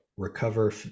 Recover